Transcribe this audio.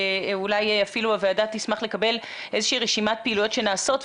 אולי אפילו הוועדה תשמח לקבל איזה שהיא רשימת פעילויות שנעשות.